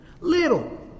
Little